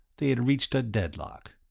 they had reached a deadlock.